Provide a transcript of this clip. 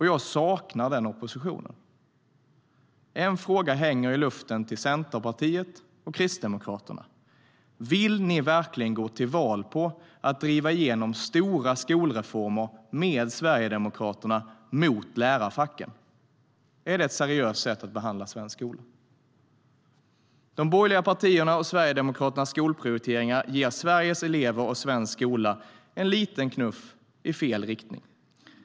Jag saknar den oppositionen. En fråga hänger i luften till Centerpartiet och Kristdemokraterna: Vill ni verkligen gå till val på att driva igenom stora skolreformer med Sverigedemokraterna, mot lärarfacken? Är det ett seriöst sätt att behandla svensk skola? De borgerliga partiernas och Sverigedemokraternas skolprioriteringar ger Sveriges elever och svensk skola en liten knuff i fel riktning.